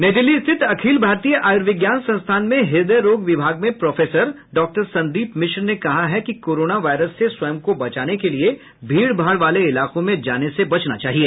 नई दिल्ली स्थित अखिल भारतीय आयूर्विज्ञान संस्थान में हृदय रोग विभाग में प्रोफेसर डॉक्टर संदीप मिश्र ने कहा है कि कोरोना वायरस से स्वयं को बचाने के लिए भीडभाड वाले इलाकों में जाने से बचना चाहिए